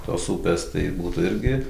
tos upės tai būtų irgi